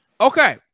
Okay